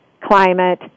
climate